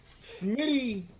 Smitty